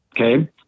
Okay